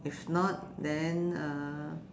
if not then uh